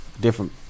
different